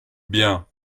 bien